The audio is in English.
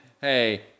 Hey